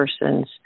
person's